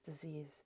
disease